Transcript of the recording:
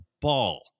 ball